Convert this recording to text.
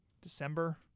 December